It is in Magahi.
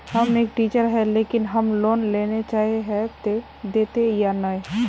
हम एक टीचर है लेकिन हम लोन लेले चाहे है ते देते या नय?